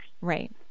right